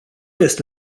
este